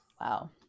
Wow